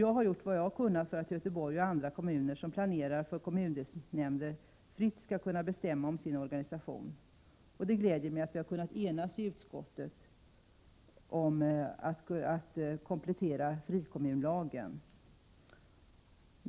Jag har gjort vad jag har kunnat för att Göteborg och andra kommuner som planerar för kommundelsnämnder fritt skall kunna bestämma om sin organisation. Det gläder mig att vi har kunnat enas i konstitutionsutskottet om att komplettera frikommunlagen.